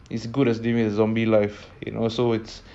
it's as good as you're living a zombie life and also it's